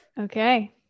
Okay